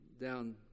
down